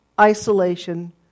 isolation